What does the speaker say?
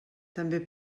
també